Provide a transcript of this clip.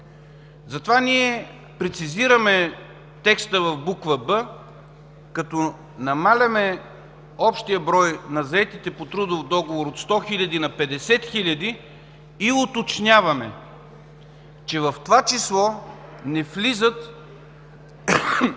Затова ние прецизираме текста в буква „б” като намаляваме общия брой на заетите по трудов договор от 100 000 на 50 000 и уточняваме, че в това число не влизат